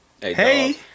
hey